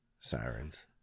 Sirens